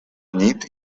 nit